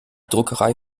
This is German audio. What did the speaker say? druckerei